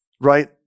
Right